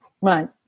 Right